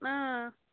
اۭں